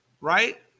right